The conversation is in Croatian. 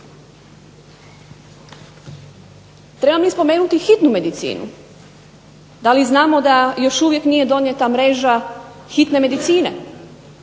Trebam li spomenuti hitnu medicinu? Da li znamo da još uvijek nije donijeta mreža hitne medicine?